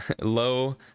low